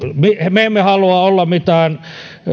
me emme halua olla mitään